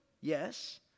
Yes